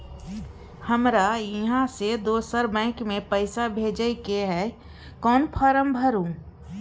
हमरा इहाँ से दोसर बैंक में पैसा भेजय के है, कोन फारम भरू?